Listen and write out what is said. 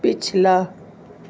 پچھلا